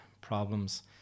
problems